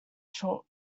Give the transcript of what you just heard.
short